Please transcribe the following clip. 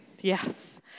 Yes